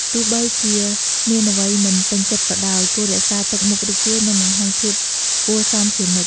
ទោះបីជាមានអ្វីមិនពេញចិត្តក៏ដោយ គួររក្សាទឹកមុខរីករាយ និងបង្ហាញភាពគួរសមជានិច្ច។